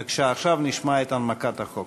בבקשה, עכשיו נשמע את הנמקת החוק.